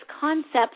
concepts